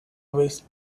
waste